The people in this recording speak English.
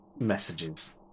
messages